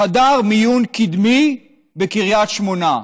חדר מיון קדמי בקריית שמונה.